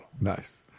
Nice